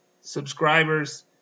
subscribers